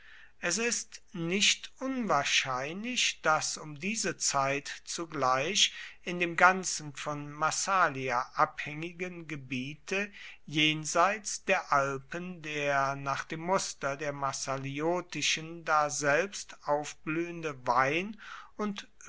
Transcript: es ist nicht unwahrscheinlich daß um diese zeit zugleich in dem ganzen von massalia abhängigen gebiete jenseits der alpen der nach dem muster des massaliotischen daselbst aufblühende wein und